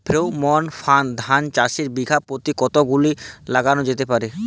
Pheromone ফাঁদ ধান চাষে বিঘা পতি কতগুলো লাগানো যেতে পারে?